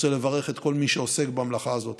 רוצה לברך את כל מי שעוסק במלאכה הזאת.